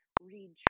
read